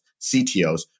CTOs